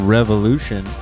Revolution